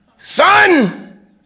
Son